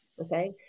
okay